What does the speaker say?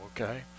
okay